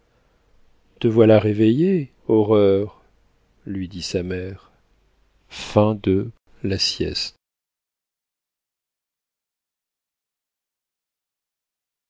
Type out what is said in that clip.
te voilà réveillée horreur lui dit sa mère